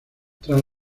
tras